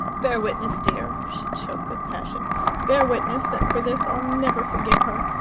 bear witness, dear she choked with passion bear witness that for this i'll never forgive her!